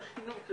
של החינוך,